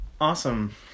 Awesome